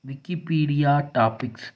wikipedia topics